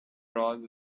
draws